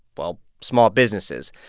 well, small businesses.